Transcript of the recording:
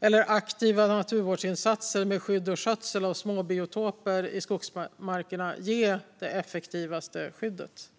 eller aktiva naturvårdsinsatser med skydd och skötsel av småbiotoper i skogsmarkerna ge det effektivaste skyddet.